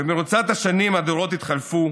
במרוצת השנים הדורות התחלפו.